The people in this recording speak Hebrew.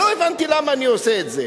ולא הבנתי למה אני עושה את זה.